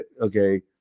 okay